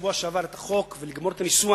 בשבוע שעבר כדי להשלים את החוק ולגמור את הניסוח,